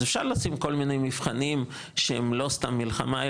אז אפשר לשים כל מיני מבחנים שהם לא סתם מלחמה,